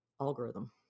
algorithm